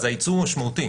אז העיצום משמעותי,